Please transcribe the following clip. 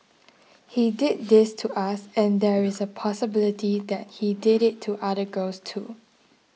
he did this to us and there is a possibility that he did it to other girls too